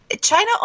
China